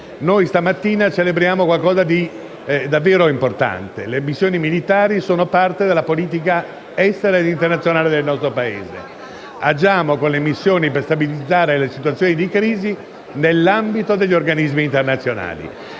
Stamattina celebriamo qualcosa di molto significativo: le missioni militari sono parte della politica estera e internazionale del nostro Paese; attraverso le missioni agiamo per stabilizzare le situazioni di crisi nell'ambito degli organismi internazionali.